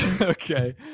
Okay